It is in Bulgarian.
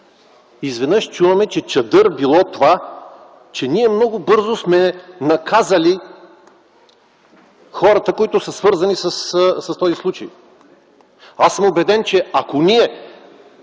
изведнъж чуваме, че чадър било това, че ние много бързо сме наказали хората, които са свързани с този случай. Аз съм убеден, че ако ние